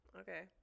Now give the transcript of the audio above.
Okay